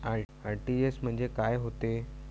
RTGS म्हंजे काय होते?